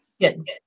Good